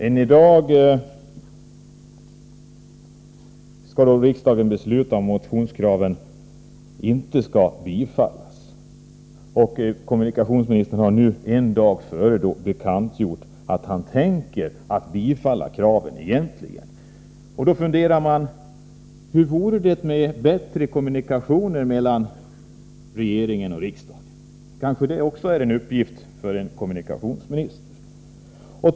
Och en dag före riksdagens beslut om motionskraven har kommunikationsministern bekantgjort att han tänker bifalla kraven. Då funderar man: Hur vore det med bättre kommunikationer mellan regering och riksdag? Kanske också det är en uppgift för en kommunikationsminister.